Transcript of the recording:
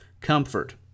comfort